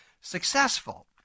successful